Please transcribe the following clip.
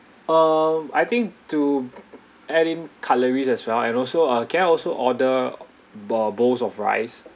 uh I think to add in cutleries as well and also uh can I also order bo~ bowls of rice